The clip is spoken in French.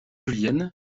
julienne